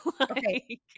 Okay